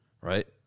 Right